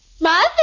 Mother